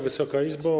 Wysoka Izbo!